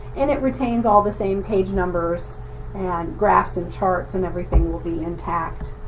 and it retains all the same page numbers and graphs and charts and everything will be intact.